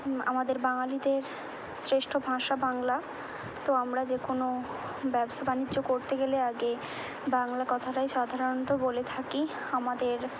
আমাদের বাঙালিদের শ্রেষ্ঠ ভাষা বাংলা তো আমরা যেকোনো ব্যবসা বাণিজ্য করতে গেলে আগে বাংলা কথাটাই সাধারণত বলে থাকি আমাদের